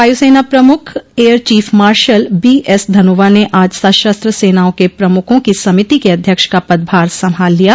वायुसेना प्रमुख air chief marshal B S Dhanoa ने आज सशस्त्र सेनाओं के प्रमुखों की समिति के अध्यक्ष का पदभार संभाल लिया